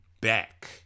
back